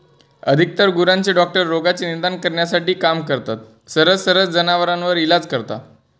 अधिकतर गुरांचे डॉक्टर रोगाचे निदान करण्यासाठी काम करतात, सरळ सरळ जनावरांवर इलाज करता